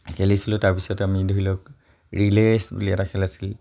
খেলিছিলোঁ তাৰপিছত আমি ধৰি লওক ৰিলে ৰেচ বুলি এটা খেল আছিল